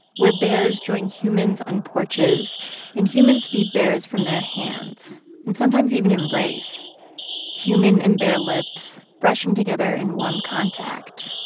where bears join humans on porches and humans feed bears from their hands and sometimes even embrace human and bear lips brushing together in warm contact,